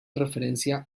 referencia